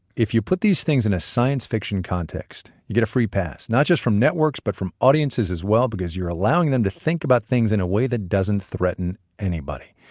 if you put these things in a science fiction context, you get a free pass not just from networks but from audiences as well, because you're allowing them to think about things in a way that doesn't threaten anybody,